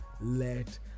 let